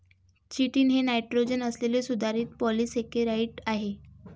chitin हे nitrogen असलेले सुधारित पॉलिसेकेराइड आहे